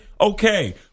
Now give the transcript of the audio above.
Okay